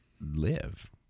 live